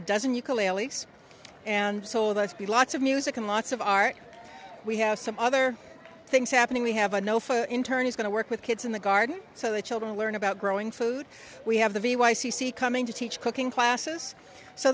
a dozen ukuleles and so that's be lots of music and lots of art we have some other things happening we have a no for in turn is going to work with kids in the garden so the children learn about growing food we have the v y c c coming to teach cooking classes so